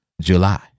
July